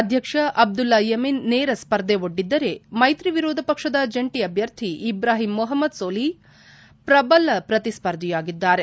ಅಧ್ಯಕ್ಷ ಅಬ್ಬುಲ್ಲಾ ಯಮೀನ್ ನೇರ ಸ್ಪರ್ಧೆ ಒಡ್ಡಿದರೆ ಮೈತ್ರಿ ವಿರೋಧ ಪಕ್ಷದ ಜಂಟಿ ಅಭ್ಯರ್ಥಿ ಇಬ್ರಾಹಿಂ ಮೊಹಮ್ದದ್ ಸೊಲಿಹ್ ಪ್ರಬಲ ಪ್ರತಿಸ್ವರ್ಧಿಯಾಗಿದ್ದಾರೆ